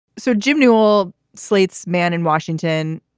so jim newell, slate's man in washington.